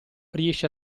riesce